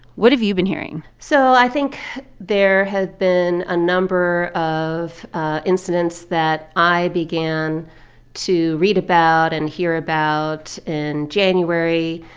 what have you been hearing? so i think there have been a number of incidents that i began to read about and hear about in january,